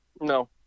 no